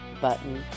button